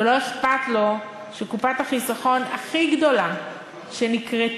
ולא אכפת לו שקופת החיסכון הכי גדולה שנקרתה